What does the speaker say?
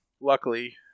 luckily